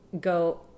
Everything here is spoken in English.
go